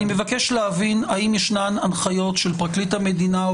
אני מבקש להבין האם ישנן הנחיות של פרקליט המדינה או